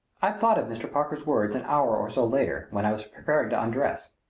i thought of mr. parker's words an hour or so later when i was preparing to undress.